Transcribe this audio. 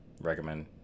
recommend